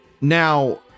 Now